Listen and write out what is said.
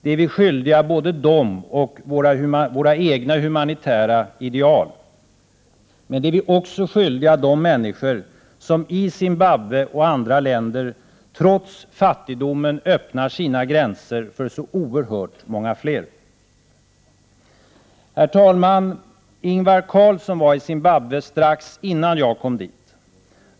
Det är vi skyldiga både dem och våra egna humanitära ideal. Men det är vi också skyldiga de människor som i Zimbabwe och andra länder trots fattigdomen öppnar sina gränser för så oerhört många fler. Herr talman! Ingvar Carlsson var i Zimbabwe strax innan jag kom dit.